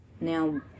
now